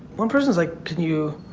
one person's like, can you